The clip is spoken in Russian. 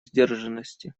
сдержанности